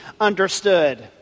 understood